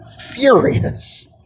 furious